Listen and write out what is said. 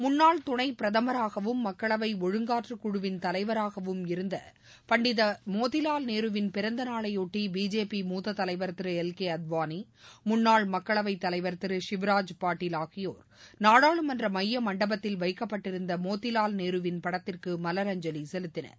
முன்னாள் துணை பிரதமராகவும் மக்களவை ஒழுங்காற்றுக் குழுவின் தலைவராகவும் இருந்த பண்டித மோதிவால் நேருவின் பிறந்தநாளையொட்டி பிஜேபி மூத்த தலைவர் திரு எல் அத்வானி முன்னாள் மக்களவைத் தலைவர் திரு சிவ்ராஜ் பாட்டில் ஆகியோர் கே நாடாளுமன்ற மைய மண்டபத்தில் வைக்கப்பட்டிருந்த மோதிலால் நேருவின் படத்திற்கு மலரஞ்சலி செலுத்தினர்